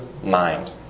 mind